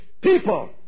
people